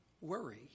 worry